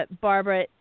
Barbara